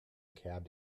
cab